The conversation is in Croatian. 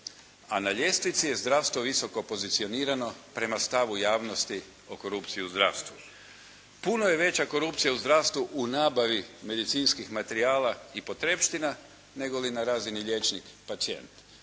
a na ljestvici je zdravstvo visoko pozicionirano prema stavu javnosti o korupciji u zdravstvu. Puno je veća korupcija u zdravstvu u nabavi medicinskih materijala i potrepština, negoli na razini liječnik-pacijent.